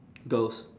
girls